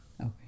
Okay